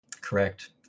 Correct